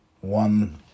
One